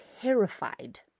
terrified